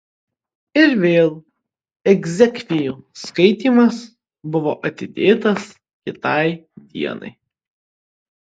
ir vėl egzekvijų skaitymas buvo atidėtas kitai dienai